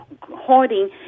hoarding